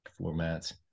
formats